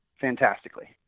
fantastically